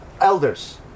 elders